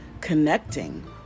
connecting